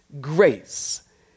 grace